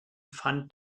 fand